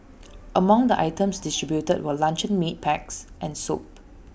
among the items distributed were luncheon meat packs and soap